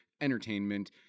Entertainment